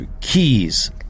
keys